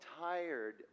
tired